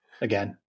again